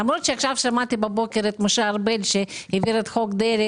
למרות שהבוקר שמעתי את משה ארבל שהסביר את חוק דרעי